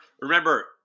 Remember